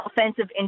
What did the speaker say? offensive